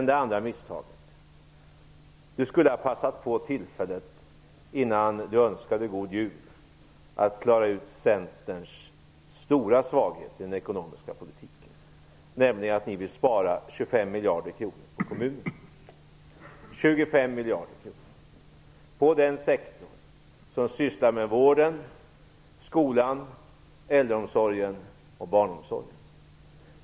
Det andra misstaget: Per-Ola Eriksson skulle ha passat på tillfället, innan han önskade god jul, att klara ut Centerns stora svaghet i den ekonomiska politiken, nämligen att ni vill spara 25 miljarder kronor på kommunerna, den sektor som sysslar med vården, skolan, äldreomsorgen och barnomsorgen.